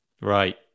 Right